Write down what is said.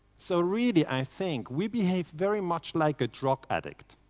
so really, i think we behave very much like a drug addict.